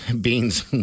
beans